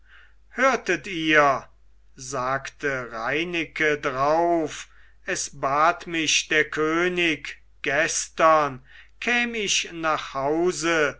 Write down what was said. hörtet ihr sagte reineke drauf es bat mich der könig gestern käm ich nach hause